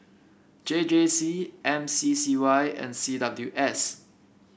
J J C M C C Y and C W S